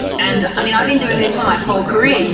and i mean, i've been doing this for my whole career. you know